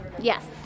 Yes